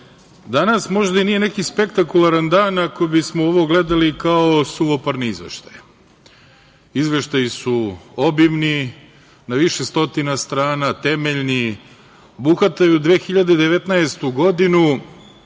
danas možda i nije neki spektakularan dan ako bismo ovo gledali kao suvoparni izveštaj. Izveštaji su obimni, na više stotina strana, temeljni, obuhvataju 2019. godinu,